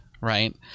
right